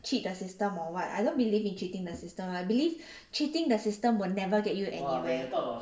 cheat the system or what I don't believe in cheating the system I believe cheating the system will never get you anywhere